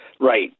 Right